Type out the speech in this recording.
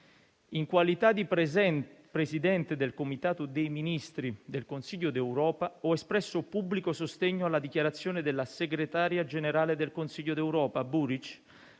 In qualità di Presidente del Comitato dei ministri del Consiglio d'Europa, ho espresso pubblico sostegno alla dichiarazione del segretario generale del Consiglio d'Europa Burić,